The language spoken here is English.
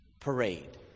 parade